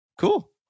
cool